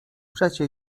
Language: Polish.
przecie